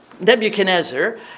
Nebuchadnezzar